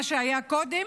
מה שהיה קודם.